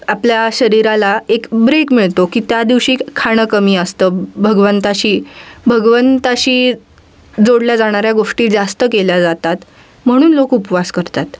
आपल्या शरीराला एक ब्रेक मिळतो की त्या दिवशी खाणं कमी असतं भगवंताशी भगवंताशी जोडल्या जाणाऱ्या गोष्टी जास्त केल्या जातात म्हणून लोक उपवास करतात